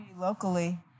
locally